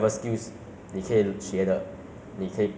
so basically ya lah 学业进步 lor is my